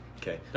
Okay